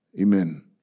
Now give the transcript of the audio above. Amen